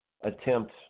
attempt